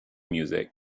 music